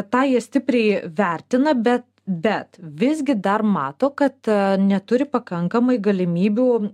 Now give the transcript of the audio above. tą jie stipriai vertina bet bet visgi dar mato kad neturi pakankamai galimybių